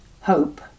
Hope